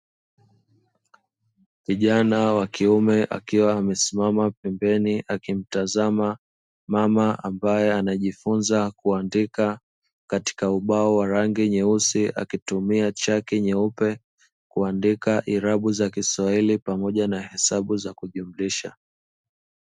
Kijana wa kiume akiwa amesimama pembeni akimtazama mama ambaye anajifunza kuandika katika ubao wa rangi nyeusi akitumia chaki nyeupe kuandika irabu za kiswahili pamoja na hesabu za kujumlisha.